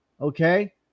Okay